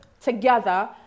together